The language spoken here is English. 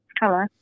Hello